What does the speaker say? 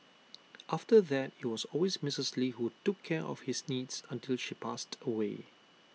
after that IT was always Mrs lee who took care of his needs until she passed away